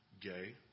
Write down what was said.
gay